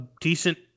decent